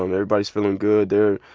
and everybody's feeling good there.